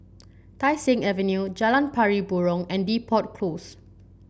Tai Seng Avenue Jalan Pari Burong and Depot Close